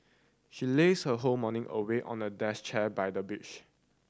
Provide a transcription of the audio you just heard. she lazed her whole morning away on a desk chair by the beach